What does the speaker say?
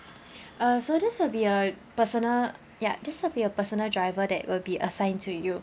uh so this will be a personal ya this will be a personal driver that will be assigned to you